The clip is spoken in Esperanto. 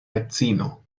edzino